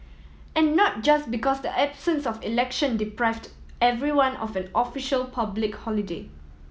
and not just because the absence of election deprived everyone of a official public holiday